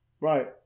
Right